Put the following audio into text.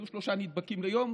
היו שלושה נדבקים ליום,